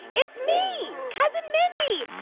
it's me, cousin mindy.